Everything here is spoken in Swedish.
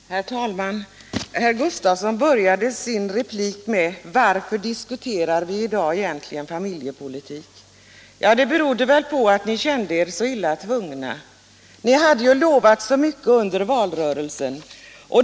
Herr talman! Herr Gustavsson började sin replik med att säga: Varför diskuterar vi i dag egentligen familjepolitik? Ja, det beror väl på att ni kände er så illa tvungna. Ni hade ju lovat så mycket under valrörelsen.